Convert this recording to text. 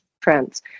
trends